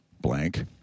blank